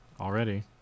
already